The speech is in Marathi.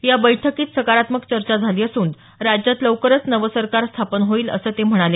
या बैठकीत सकारात्मक चर्चा झाली असून राज्यात लवकरच नवं सरकार स्थापन होईल असं ते म्हणाले